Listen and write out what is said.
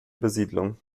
besiedlung